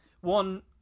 one